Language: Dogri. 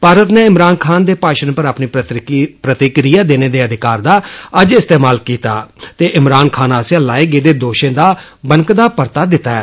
भारत नै इमरान खान दे भाशण पर अपनी प्रतिक्रिया देने दे अधिकार दा अज्ज इस्तेमाल कीता ते इमरान खान आसेआ लाए गेदे दोशें दा बनकदा परता दित्ता ऐ